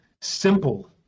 simple